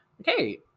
Okay